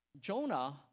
Jonah